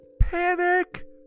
Panic